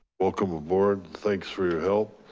welcome aboard. thanks for your help.